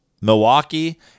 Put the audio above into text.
Milwaukee